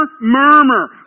murmur